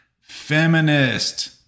feminist